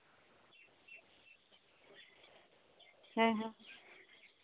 ᱦᱮᱸ ᱦᱮᱸ